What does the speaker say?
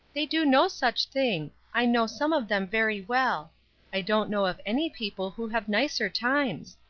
they do no such thing i know some of them very well i don't know of any people who have nicer times.